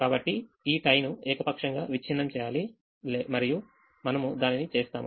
కాబట్టి ఈ టైను ఏకపక్షంగా విచ్ఛిన్నం చేయాలి మరియు మనము దానిని చేస్తాము